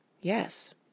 Yes